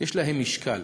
יש להן משקל,